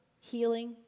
healing